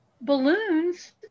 balloons